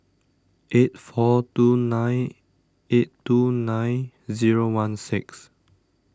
eight four two nine eight two nine zero one six